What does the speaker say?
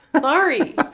sorry